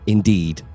Indeed